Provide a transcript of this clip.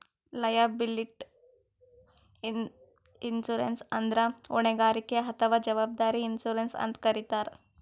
liability insurance ಅಂದ್ರ ಹೊಣೆಗಾರಿಕೆ ಅಥವಾ ಜವಾಬ್ದಾರಿ ಇನ್ಶೂರೆನ್ಸ್ ಅಂತ್ ಕರಿತಾರ್